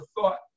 thought